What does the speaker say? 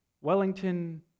Wellington